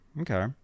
Okay